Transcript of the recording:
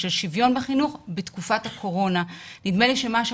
אוכלוסיות מוחלשות,